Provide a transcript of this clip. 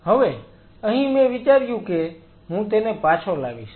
હવે અહીં મેં વિચાર્યું કે હું તેને પાછો લાવીશ